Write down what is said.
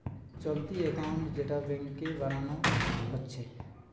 চলতি একাউন্ট যেটা ব্যাংকে বানানা হচ্ছে